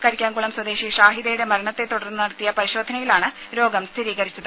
കരിക്കാംകുളം സ്വദേശി ഷാഹിദയുടെ മരണത്തെ തുടർന്ന് നടത്തിയ പരിശോധനയിലാണ് രോഗം സ്ഥിരീകരിച്ചത്